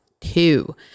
two